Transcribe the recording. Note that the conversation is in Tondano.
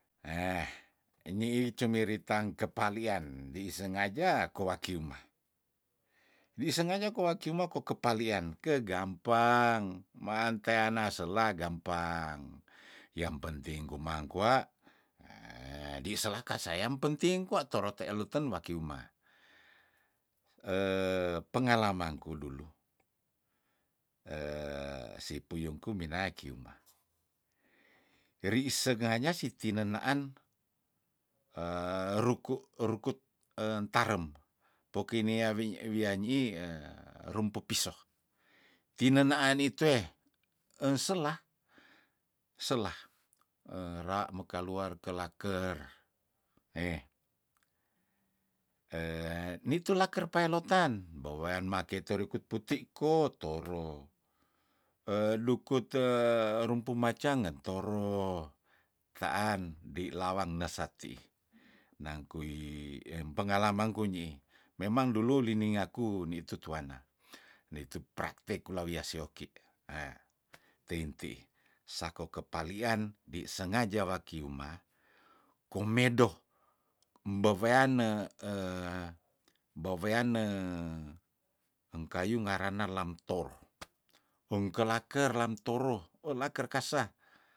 enyiih cumiritang kepalian dei sengaja kowa kiuma wi sengaja kowa kiuma koke palian kegampang maanteana sela gampang yang penting kumang kwa di selah ka sa yang penting kwa torote luten waki umah pengalamangku dulu sipuyungku minae kiumah riih senganya siti nenaan ruku rukut entarem poki nea wie wianyiih rumpu piso tinenaan itueh enselah selah era mekaluar kelaker heh nitu laker paelotan bewean make turikut puti ko toro duku te rumpu macangen toro taan dei lawang nesatiih nangkui empengalamang ku nyiih memang dulu lini ngaku nitu tuanna tinu praktek kula wiah sioki ah tein teihsako kepalian di sengaja waki umah komedo beweane beweane engkayu ngarana lamtoro ongkelaker lamtoro oh laker kasah